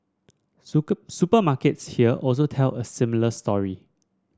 supermarkets here also tell a similar story